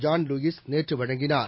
John Lewis நேற்று வழங்கினார்